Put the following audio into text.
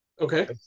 Okay